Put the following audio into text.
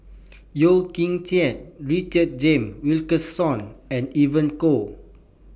Yeo Kian Chye Richard James Wilkinson and Evon Kow